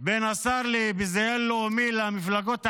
בין השר לביזיון לאומי למפלגות החרדיות,